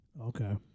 Okay